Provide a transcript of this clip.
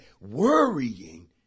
worrying